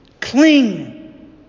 cling